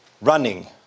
running